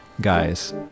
guys